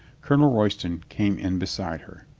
colonel roy ston came in beside her.